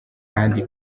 kandi